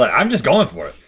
but i'm just going for it.